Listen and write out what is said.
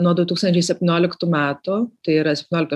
nuo du tūkstančiai septynioliktų metų tai yra septynioliktų